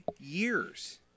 years